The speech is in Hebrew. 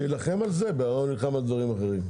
שיילחם על זה, עם כמה דברים אחרים.